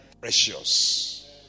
precious